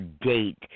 date